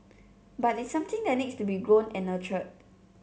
but it's something that needs to be grown and nurtured